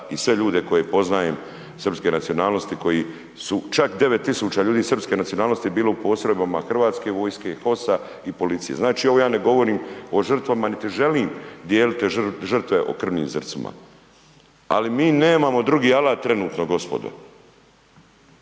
i sve ljude koje poznajem srpske nacionalnosti koji su čak 9 tisuća ljudi srpske nacionalnosti bilo u postrojbama HV-a, HOS-a i policije. Znači ovo ja ne govorim o žrtvama niti želim dijeliti žrtve po krvnim zrncima, ali mi nemamo drugi alat trenutno, gospodo.